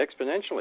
exponentially